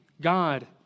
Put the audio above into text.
God